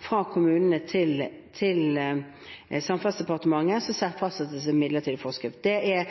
fra kommunene til Samferdselsdepartementet, fastsettes en midlertidig forskrift. Den er